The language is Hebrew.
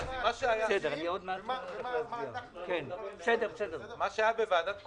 ומה אנחנו --- עם מה שהיה בוועדת קורונה,